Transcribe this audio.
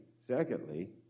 secondly